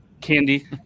candy